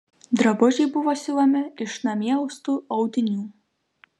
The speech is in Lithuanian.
drabužiai buvo siuvami iš namie austų audinių